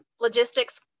logistics